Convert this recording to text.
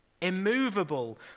immovable